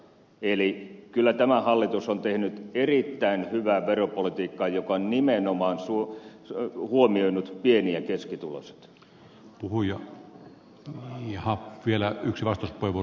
eli kyllä tämä hallitus on tehnyt erittäin hyvää veropolitiikkaa joka on nimenomaan huomioinut pieni ja keskituloiset